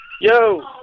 Yo